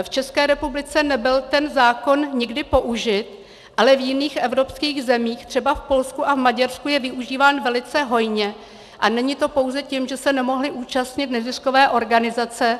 V České republice nebyl zákon nikdy použit, ale v jiných evropských zemích, třeba v Polsku a Maďarsku, je využíván velice hojně a není to pouze tím, že se nemohly účastnit neziskové organizace.